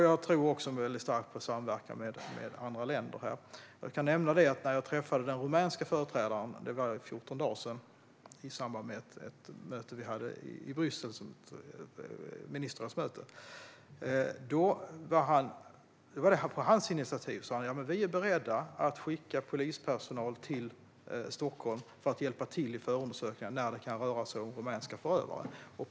Jag tror också väldigt starkt på samverkan med andra länder. Jag träffade den rumänske företrädaren för 14 dagar sedan i samband med ett ministerrådsmöte i Bryssel. Han sa: Vi är beredda att skicka polispersonal till Stockholm för att hjälpa till i förundersökningar när det kan röra sig om rumänska förövare. Det var hans initiativ.